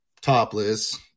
topless